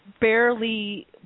barely